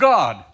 God